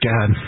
God